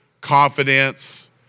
confidence